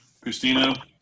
Christina